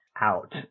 out